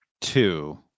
two